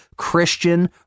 Christian